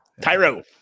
tyro